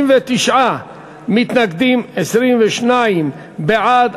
59 מתנגדים, 22 בעד,